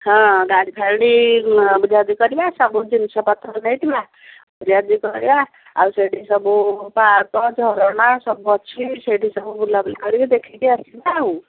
ହଁ ଗାଡ଼ିଫାଡ଼ି ବୁଝାବୁଝି କରିବା ସବୁ ଜିନିଷପତ୍ର ନେଇଥିବା ବୁଝାବୁଝି କରିବା ଆଉ ସେଇଠି ସବୁ ପାର୍କ ଝରଣା ସବୁ ଅଛି ସେଇଠି ସବୁ ବୁଲାବୁଲି କରିକି ଦେଖିକି ଆସିବା ଆଉ